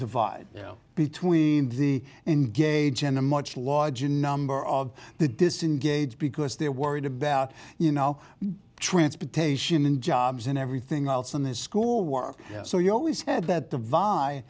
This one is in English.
divide between the engage in a much larger number of the disengaged because they're worried about you know transportation and jobs and everything else in this school work so you always had that